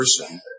person